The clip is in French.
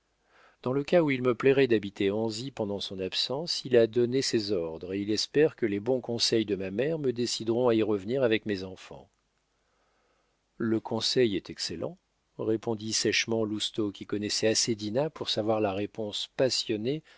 dans le cas où il me plairait d'habiter anzy pendant son absence il a donné ses ordres et il espère que les bons conseils de ma mère me décideront à y revenir avec mes enfants le conseil est excellent répondit sèchement lousteau qui connaissait assez dinah pour savoir la réponse passionnée